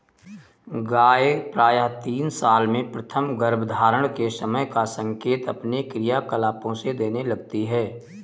गाय प्रायः तीन साल में प्रथम गर्भधारण के समय का संकेत अपने क्रियाकलापों से देने लगती हैं